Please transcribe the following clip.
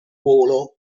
volo